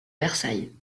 versailles